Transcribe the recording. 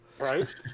Right